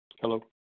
Hello